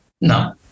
No